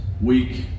week